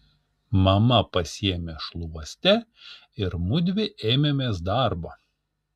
mama pasiėmė šluostę ir mudvi ėmėmės darbo